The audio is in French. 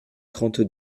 trente